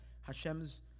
Hashem's